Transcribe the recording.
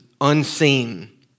Unseen